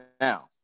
Now